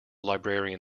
librarian